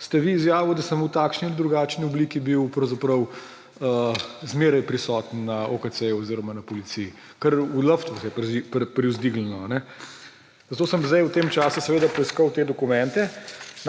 ste vi izjavili, da sem v takšni in drugačni obliki bil pravzaprav vedno prisoten na OKC oziroma na policiji, kar v luft vas je privzdignilo. Zato sem zdaj, v tem času poiskal te dokumente.